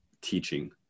teaching